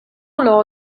law